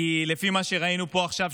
כי לפי מה שראינו פה עכשיו,